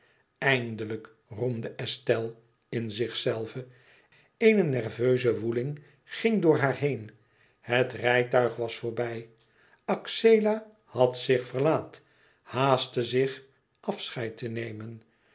eindelijk roemde estelle in zichzelve eene nerveuze woeling ging door haar heen het rijtuig was voorbij axela had zich verlaat haastte zich afscheid te nemen